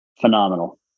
Phenomenal